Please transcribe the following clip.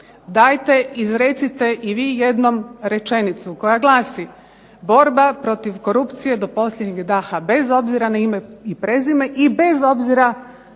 dajte izrecite i vi jednom rečenicu koja glasi: Borba protiv korupcije do posljednjeg daha bez obzira na ime i prezime i bez obzira na